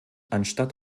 anstatt